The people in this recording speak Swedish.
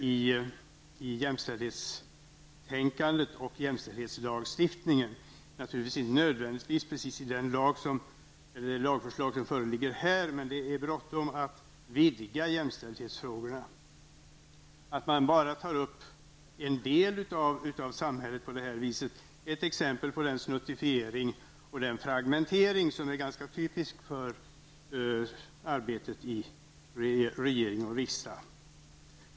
i jämställdhetstänkandet och i jämställdhetslagstiftningen, naturligtvis kanske inte nödvändigtvis i det lagförslag som här föreligger, men det är bråttom att vidga jämställdhetsfrågorna. Att på detta sätt bara ta upp en del av samhället är ett exempel på den snuttifiering och fragmentering som är ganska typisk för arbetet i regering och riksdag.